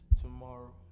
tomorrow